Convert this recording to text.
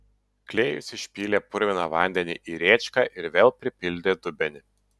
klėjus išpylė purviną vandenį į rėčką ir vėl pripildė dubenį